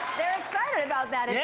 they're excited about that, and